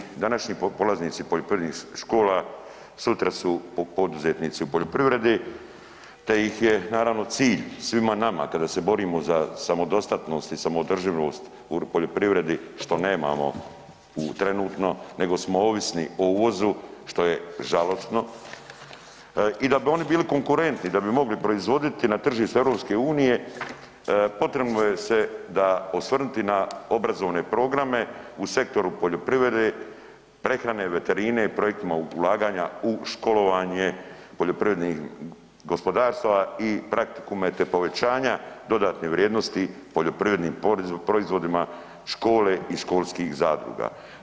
Danas ni današnji polaznici poljoprivrednih škola sutra su poduzetnici u poljoprivredi te ih je naravno cilj svima nama kada se borimo za samodostatnost i samoodrživost u poljoprivredi što nemamo trenutno, nego smo ovisni o uvozu što je žalosno i da bi oni bili konkurentni da bi mogli proizvoditi na tržište Europske unije, potrebno se osvrnuti na obrazovne programe u sektoru poljoprivrede, prehrane, veterine i projektima ulaganja u školovanje poljoprivrednih gospodarstava i praktikume, te povećanja dodatne vrijednosti poljoprivrednim proizvodima, škole i školskih zadruga.